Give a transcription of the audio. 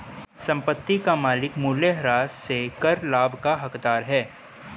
संपत्ति का मालिक मूल्यह्रास से कर लाभ का हकदार है